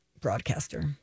broadcaster